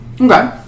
Okay